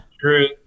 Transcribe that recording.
true